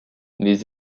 les